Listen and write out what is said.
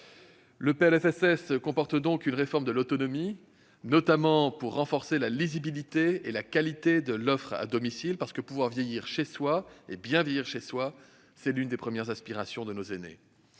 2022 prévoit donc une réforme de l'autonomie, notamment pour renforcer la lisibilité et la qualité de l'offre à domicile, parce que pouvoir vieillir chez soi, bien vieillir chez soi est l'une des premières aspirations de nos aînés.